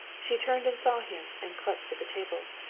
she turned and saw him, and clutched at the table.